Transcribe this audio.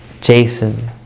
Jason